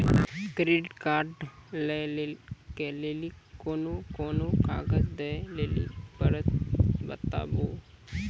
Credit card लै के लेली कोने कोने कागज दे लेली पड़त बताबू?